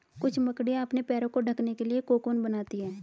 कुछ मकड़ियाँ अपने पैरों को ढकने के लिए कोकून बनाती हैं